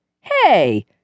Hey